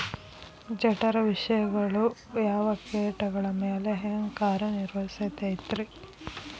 ಜಠರ ವಿಷಗಳು ಯಾವ ಕೇಟಗಳ ಮ್ಯಾಲೆ ಹ್ಯಾಂಗ ಕಾರ್ಯ ನಿರ್ವಹಿಸತೈತ್ರಿ?